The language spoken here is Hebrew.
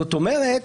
זאת אומרת,